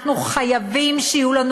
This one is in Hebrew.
אנחנו חייבים שיהיו לנו